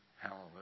Hallelujah